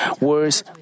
words